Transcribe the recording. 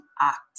act